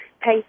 pay